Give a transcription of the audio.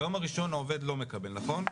ביום הראשון העובד לא מקבל, נכון?